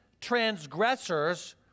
transgressors